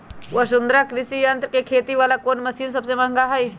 वसुंधरा कृषि यंत्र के खेती वाला कोन मशीन सबसे महंगा हई?